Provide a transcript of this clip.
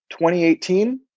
2018